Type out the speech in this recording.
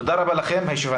תודה רבה לכם, הישיבה